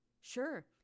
Sure